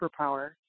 superpower